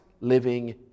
living